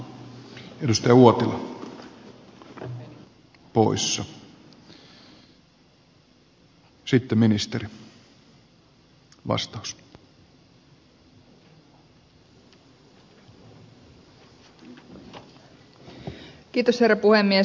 kiitos herra puhemies